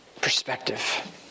Perspective